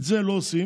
את זה הם לא עושים,